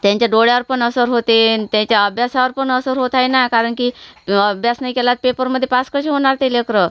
त्यांच्या डोळ्यावर पण असर होते आणि त्याच्या अभ्यासावर पण असर होत आहे ना कारण की अभ्यास नाही केला पेपरमध्ये पास कसे होणार ते लेकरं